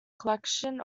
collection